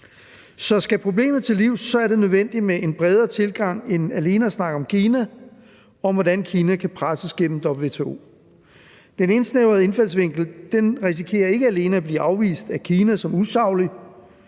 vi komme problemet til livs, er det nødvendigt med en bredere tilgang end alene at snakke om Kina og om, hvordan Kina kan presses gennem WTO. Den indsnævrede indfaldsvinkel risikerer ikke alene at blive afvist af Kina som usaglig